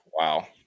Wow